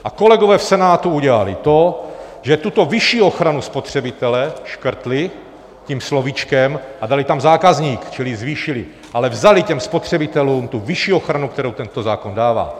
A kolegové v Senátu udělali to, že tuto vyšší ochranu spotřebitele škrtli tím slovíčkem a dali tam zákazník, čili zvýšili, ale vzali těm spotřebitelům tu vyšší ochranu, kterou tento zákon dává.